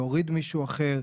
להוריד מישהו אחר,